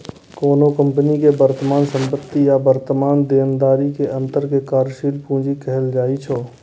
कोनो कंपनी के वर्तमान संपत्ति आ वर्तमान देनदारी के अंतर कें कार्यशील पूंजी कहल जाइ छै